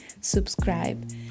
subscribe